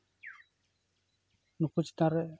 ᱱᱩᱠᱩ ᱪᱮᱛᱟᱱ ᱨᱮ